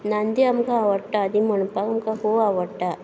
नांदी आमकां आवाडटा तीं म्हणपाक आमकां खूब आवडटा